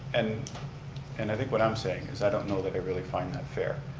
and and i think what i'm saying is i don't know that they really find that fair.